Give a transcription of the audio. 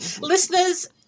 Listeners